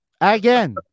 again